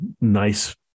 nice